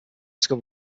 covered